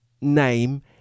name